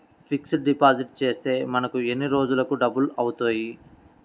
Fixed deposit చేస్తే మనకు ఎన్ని రోజులకు డబల్ అవుతాయి?